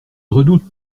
redoute